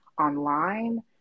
online